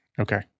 Okay